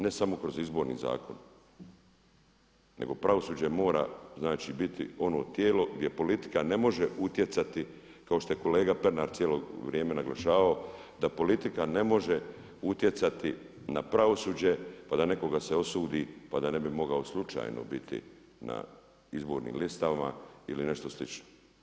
Ne samo kroz Izborni zakon, nego pravosuđe mora znači biti ono tijelo gdje politika ne može utjecati kao što je kolega Pernar cijelo vrijeme naglašavao da politika ne može utjecati na pravosuđe pa da nekoga se osudi pa da ne bi mogao slučajno biti na izbornim listama ili nešto slično.